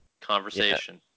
conversation